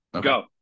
go